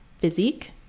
physique